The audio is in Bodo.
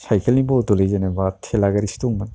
साइकेलनि बदलै जेनोबा थेला गारिसो दङमोन